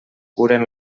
curen